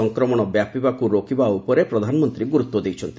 ସଂକ୍ରମଣ ବ୍ୟାପିବାକୁ ରୋକିବା ଉପରେ ପ୍ରଧାନମନ୍ତ୍ରୀ ଗୁରୁତ୍ୱ ଦେଇଛନ୍ତି